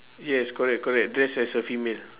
yes correct correct dress as a female